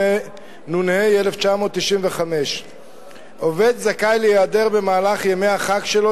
התשנ"ה 1995. עובד זכאי להיעדר במהלך ימי החג שלו,